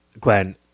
Glenn